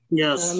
yes